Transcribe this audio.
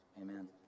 Amen